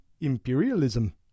imperialism